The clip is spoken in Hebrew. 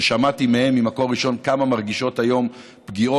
ששמעתי מהן ממקור ראשון כמה הן מרגישות היום פגיעות,